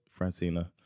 Francina